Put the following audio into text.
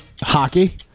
Hockey